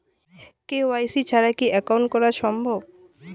KYC ছাড়া কি account করা সম্ভব?